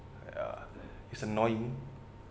ya it's annoying